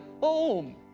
home